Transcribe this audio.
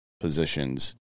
positions